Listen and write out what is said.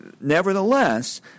Nevertheless